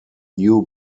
new